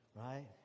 Right